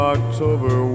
October